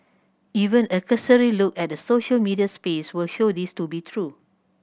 even a cursory look at the social media space will show this to be true